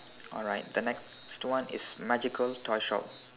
alright the next one is magical toy shop